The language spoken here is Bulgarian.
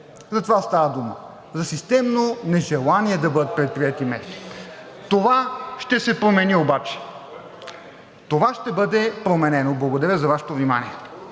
За това става дума – за системно нежелание да бъдат предприети мерки. Това ще се промени обаче, това ще бъде променено. Благодаря за Вашето внимание.